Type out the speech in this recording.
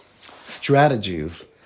strategies